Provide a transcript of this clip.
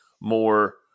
more